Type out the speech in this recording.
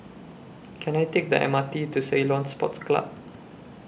Can I Take The M R T to Ceylon Sports Club